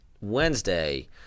Wednesday